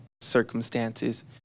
circumstances